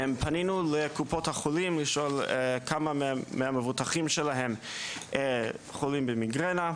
פנינו לקופות החולים לשאול כמה מהמבוטחים שלהם חולים במיגרנה.